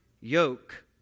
yoke